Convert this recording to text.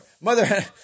mother